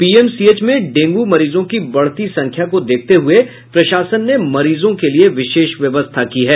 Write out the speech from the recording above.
PMCH में dengue मरीजों की बढ़ती संख्या को देखते हुये प्रशासन ने मरीजों के लिये विशेष व्यवस्था की है